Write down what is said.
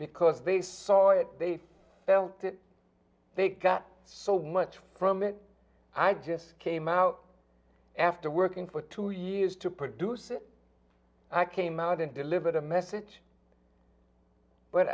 because they saw it they felt that they got so much from it i just came out after working for two years to produce it i came out and delivered a message but